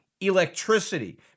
electricity